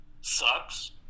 sucks